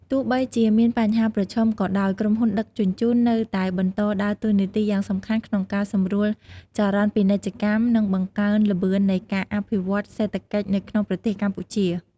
ទោះបីជាមានបញ្ហាប្រឈមក៏ដោយ ក្រុមហ៊ុនដឹកជញ្ជូននៅតែបន្តដើរតួនាទីយ៉ាងសំខាន់ក្នុងការសម្រួលចរន្តពាណិជ្ជកម្ម និងបង្កើនល្បឿននៃការអភិវឌ្ឍន៍សេដ្ឋកិច្ចនៅក្នុងប្រទេសកម្ពុជា។